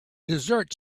dessert